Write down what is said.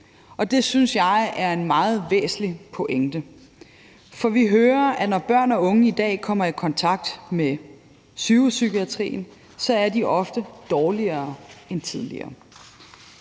Det synes jeg er en meget væsentlig pointe. For vi hører, at når børn unge i dag kommer i kontakt med sygehuspsykiatrien, er de ofte dårligere end tidligere.